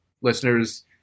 listeners